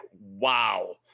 wow